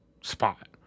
spot